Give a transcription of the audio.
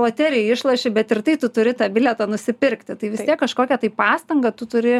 loterijoj išloši bet ir tai tu turi tą bilietą nusipirkti tai vis tiek kažkokią tai pastangą tu turi